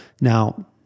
Now